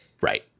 Right